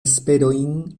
esperojn